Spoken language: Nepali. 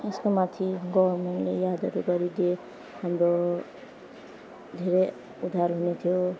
यसको माथि गभर्मेन्टले यादहरू गरिदिए हाम्रो धेरै उद्धार हुने थियो